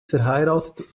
verheiratet